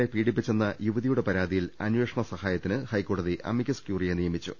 A പീഡിപ്പിച്ചെന്ന യുവതിയുടെ പരാതി യിൽ അമ്പേഷണ സഹായത്തിന് ഹൈക്കോട്ടതി അമിക്കസ് ക്യൂറിയെ നിയ മിച്ചു